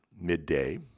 midday